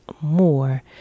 more